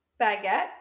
Baguette